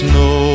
no